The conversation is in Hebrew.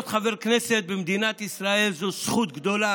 להיות חבר כנסת במדינת ישראל זה זכות גדולה,